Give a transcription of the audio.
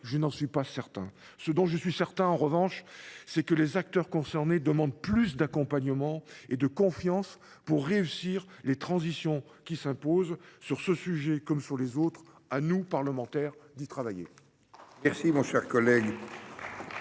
Je n’en suis pas certain. Ce dont je suis sûr, en revanche, c’est que les acteurs concernés demandent plus d’accompagnement et de confiance pour réussir les transitions qui s’imposent. Sur ce sujet comme sur les autres, à nous, parlementaires, de travailler ! La parole